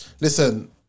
Listen